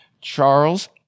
Charles